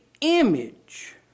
image